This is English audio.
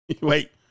Wait